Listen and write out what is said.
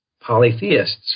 polytheists